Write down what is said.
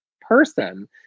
person